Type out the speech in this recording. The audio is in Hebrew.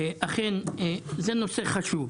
זה אכן נושא חשוב,